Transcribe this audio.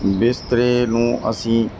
ਬਿਸਤਰੇ ਨੂੰ ਅਸੀਂ